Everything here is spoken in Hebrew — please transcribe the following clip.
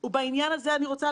כי הוא חיוני בעיני.